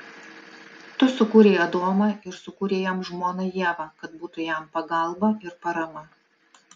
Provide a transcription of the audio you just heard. tu sukūrei adomą ir sukūrei jam žmoną ievą kad būtų jam pagalba ir parama